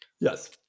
Yes